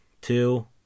two